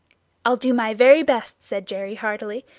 i'll do my very best, said jerry heartily,